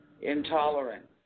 intolerance